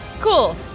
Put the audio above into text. Cool